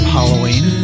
Halloween